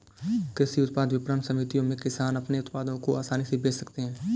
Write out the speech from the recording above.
कृषि उत्पाद विपणन समितियों में किसान अपने उत्पादों को आसानी से बेच सकते हैं